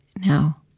now